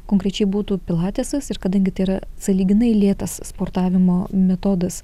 konkrečiai būtų pilatesas ir kadangi tai yra sąlyginai lėtas sportavimo metodas